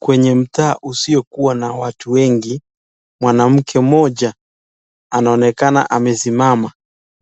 Kwenye mtaa usiokuwa na watu wengi mwanamke mmoja anaonekana amesimama